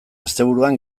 asteburuan